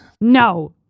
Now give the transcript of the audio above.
No